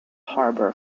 harbour